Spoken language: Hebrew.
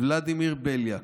ולדימיר בליאק,